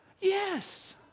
Yes